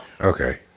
Okay